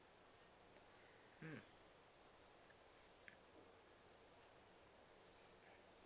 mm